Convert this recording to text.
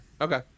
okay